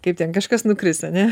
kaip ten kažkas nukris ane